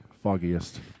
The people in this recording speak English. Foggiest